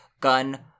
gun